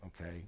okay